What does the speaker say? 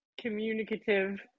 communicative